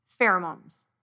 pheromones